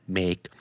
make